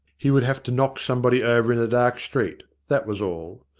he would have to knock somebody over in a dark street, that was all.